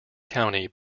county